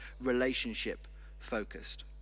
relationship-focused